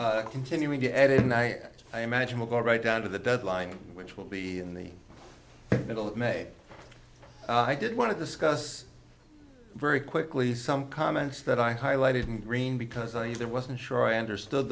continuing to edit and i i imagine will go right down to the deadline which will be in the middle of may i did want to discuss very quickly some comments that i highlighted in green because i knew that wasn't sure i understood